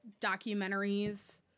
documentaries